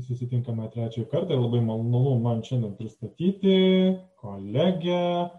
susitinkame trečią kartą labai man malonu man šiandien pristatyti kolegę